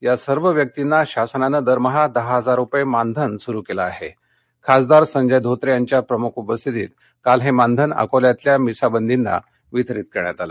या सर्व व्यक्तींना शासनानं दरमहा दहा हजार रुपय मानधन सुरु कल् आह खासदार संजय धोत्र मांच्या प्रमुख उपस्थितीत काल ह मानधन अकोल्यातल्या मिसाबंदींना वितरीत करण्यात आलं